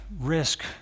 risk